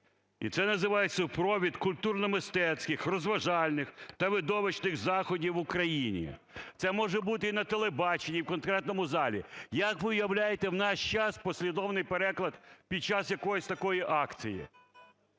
І це називається провід культурно-мистецьких, розважальних та видовищних заходів в Україні. Це може бути і на телебаченні, і в конкретному залі. Як ви уявляєте в нас час послідовний переклад під час якоїсь такої акції?